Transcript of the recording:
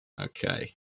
Okay